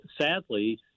sadly